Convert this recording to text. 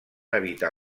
habitar